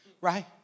right